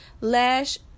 lash